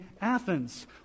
Athens